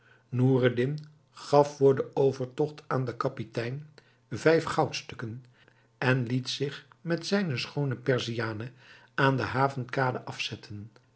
noureddin gaf voor den overtogt aan den kapitein vijf goudstukken en liet zich met zijne schoone perziane aan de havenkade afzetten